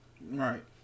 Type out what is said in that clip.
Right